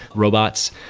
robots.